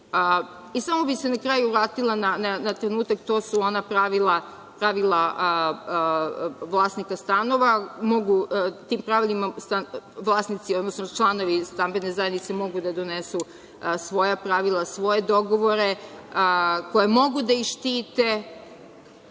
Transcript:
bih se na kraju vratila na trenutak, to su ona pravila vlasnika stanova. Tim pravilima vlasnici odnosno članovi stambene zajednice mogu da donesu svoja pravila, svoje dogovore koja mogu da ih štite.